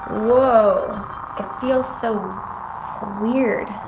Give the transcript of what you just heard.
whoa ah feels so weird.